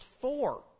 four